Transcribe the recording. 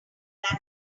that